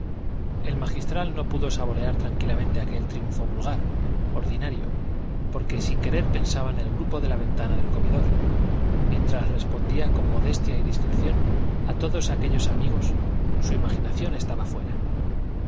el magistral no pudo saborear tranquilamente aquel triunfo vulgar ordinario porque sin querer pensaba en el grupo de la ventana del comedor mientras respondía con modestia y discreción a todos aquellos amigos su imaginación estaba fuera